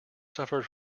suffered